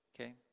Okay